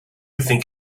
think